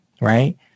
right